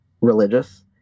religious